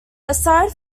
aside